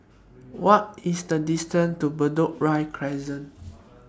What IS The distance to Bedok Ria Crescent